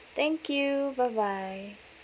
okay thank you bye bye